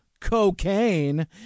cocaine